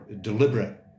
deliberate